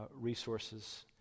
resources